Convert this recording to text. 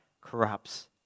corrupts